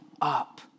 up